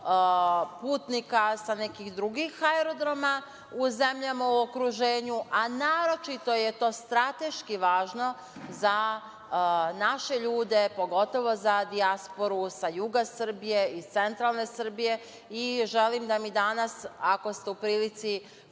putnika sa nekih drugih aerodroma u zemljama u okruženju, a naročito je to strateški važno za naše ljude, pogotovo za dijasporu, sa juga Srbije, iz centralne Srbije. Želim da mi danas ako ste u prilici